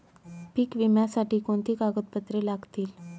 पीक विम्यासाठी कोणती कागदपत्रे लागतील?